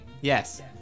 Yes